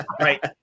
right